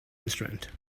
instrument